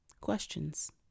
Questions